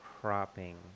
cropping